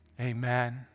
amen